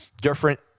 different